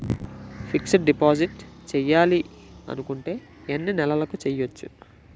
Fixed deposit చేయాలి అనుకుంటే ఎన్నే నెలలకు చేయొచ్చు?